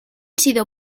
sido